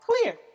clear